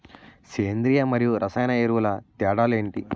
సేంద్రీయ మరియు రసాయన ఎరువుల తేడా లు ఏంటి?